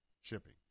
shipping